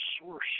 source